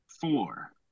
four